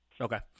Okay